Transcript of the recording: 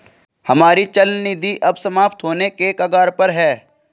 हमारी चल निधि अब समाप्त होने के कगार पर है